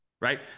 right